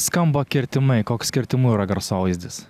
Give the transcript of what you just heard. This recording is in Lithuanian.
skamba kirtimai koks kirtimų yra garsovaizdis